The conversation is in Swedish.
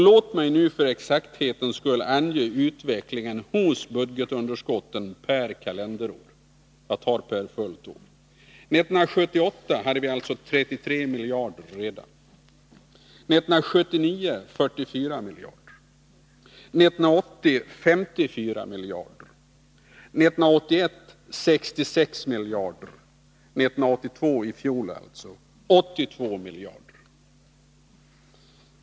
Låt mig för exakthetens skull ange utvecklingen när det gäller budgetunderskotten per kalenderår: Redan 1978 hade vi ett budgetunderskott på 33 miljarder kronor, 1979 44 miljarder, 1980 54 miljarder, 1981 66 miljarder och 1982 — alltså i fjol — 82 miljarder.